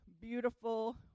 beautiful